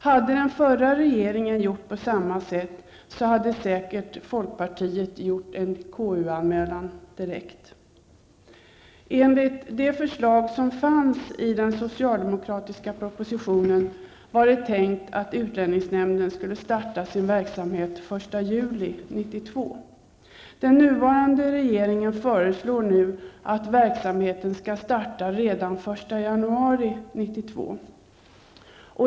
Om den förra regeringen skulle ha gjort på samma sätt skulle folkpartiet säkert direkt ha gjort en KU Enligt det aktuella förslaget i den socialdemokratiska propositionen var det tänkt att utlänningsnämnden skulle starta sin verksamhet den 1 juli 1992. Den nuvarande regeringen föreslår nu att verksamheten skall starta redan den 1 januari 1992.